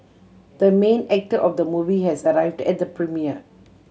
the main actor of the movie has arrived at the premiere